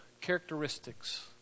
characteristics